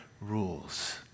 rules